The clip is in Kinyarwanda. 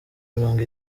mirongo